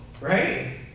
Right